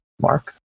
Mark